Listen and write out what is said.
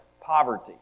poverty